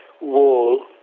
wall